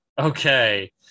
Okay